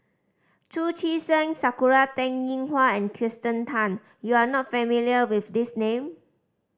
Chu Chee Seng Sakura Teng Ying Hua and Kirsten Tan you are not familiar with these name